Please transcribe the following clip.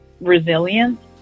resilience